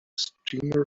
streamer